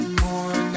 more